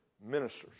ministers